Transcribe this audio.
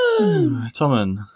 Tommen